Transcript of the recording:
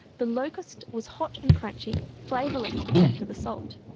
the locust was hot and crunchy, flavourless except for the salt.